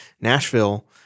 Nashville